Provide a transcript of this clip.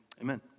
Amen